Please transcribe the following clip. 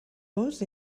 los